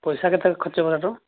ପଇସା କେତେ ଖର୍ଚ୍ଚ ଲାଗିବ